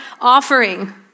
offering